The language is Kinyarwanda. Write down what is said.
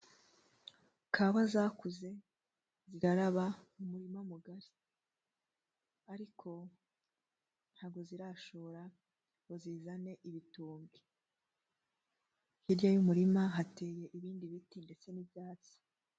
Ikawa zakuze ziraraba mu murima mugari. Ariko ntabwo zirashora ngo zizane ibitumbwe. Hirya y'umurima hateye ibindi biti ndetse n'ibyatsi.